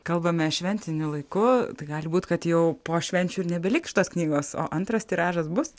kalbame šventiniu laiku tai gali būt kad jau po švenčių ir nebeliks šitos knygos o antras tiražas bus